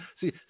see